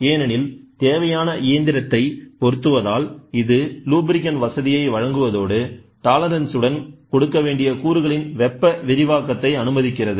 ஏனெனில் தேவையான இயந்திரத்தை பொருத்துவதால் இது லூப்ரிகன்ட் வசதியை வழங்குவதோடு டாலரன்ஸ் உடன் கொடுக்க வேண்டிய கூறுகளின் வெப்ப விரிவாக்கத்தை அனுமதிக்கிறது